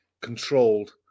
controlled